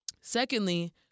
secondly